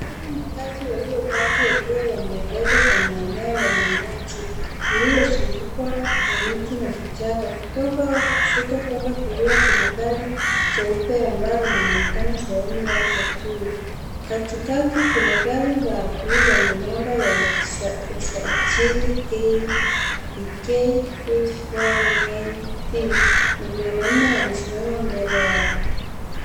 Magari matatu yaliyopaki yakiwa yameegezwa kwenye eneo lenye nyasi lililozungukwa na miti na vichaka. Kutoka kushoto kuenda kulia kuna gari jeupe ambalo linaonekana sehemu yake tu. Katikati kuna gari la bluu lenye namba ya usajili KDK 849T na mwanaume amesimama mbele yake.